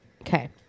Okay